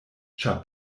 ĉar